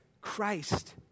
Christ